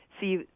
see